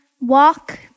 walk